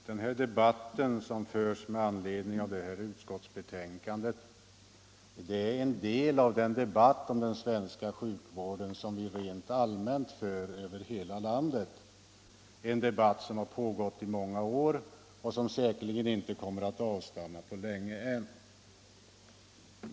Herr talman! Den debatt som förs med anledning av föreliggande utskottsbetänkande är en del av den debatt om den svenska sjukvården som vi rent allmänt för över hela landet — en debatt som pågått i många år och som säkerligen inte kommer att avstanna på länge än.